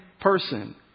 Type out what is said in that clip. person